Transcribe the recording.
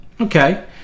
okay